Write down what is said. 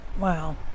Wow